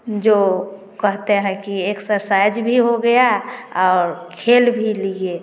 जो कहते है की एक्सरसाइज भी हो गया और खेल भी लिए